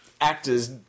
actor's